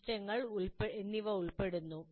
സിസ്റ്റങ്ങൾ എന്നിവ ഉൾപ്പെടുന്നു